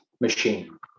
machine